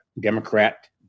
Democrat